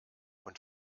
und